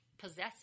possessive